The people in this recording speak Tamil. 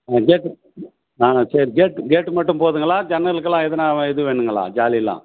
ஆ கேட்டு ஆ சரி கேட்டு கேட்டு மட்டும் போதுங்களா ஜன்னலுக்குலாம் எதுனால் இது வேணுங்களா ஜாலிலாம்